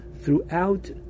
throughout